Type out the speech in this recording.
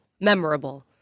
Memorable